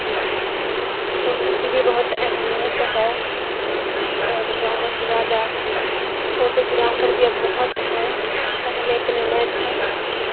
photo کی بھی بہت اہمیت ہے اور زیادہ سے زیادہ فوٹوگرافر بھی اب بہت ہے پہلے اتنے نہیں تھے